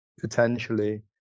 potentially